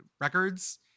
records